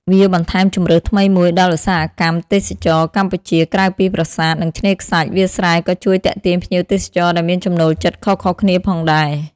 វាបន្ថែមជម្រើសថ្មីមួយដល់ឧស្សាហកម្មទេសចរណ៍កម្ពុជា ក្រៅពីប្រាសាទ និងឆ្នេរខ្សាច់ វាលស្រែក៏ជួយទាក់ទាញភ្ញៀវទេសចរដែលមានចំណូលចិត្តខុសៗគ្នាផងដែរ ។